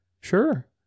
Sure